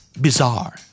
Bizarre